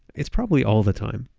it's probably all the time,